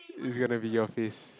is it gonna be your face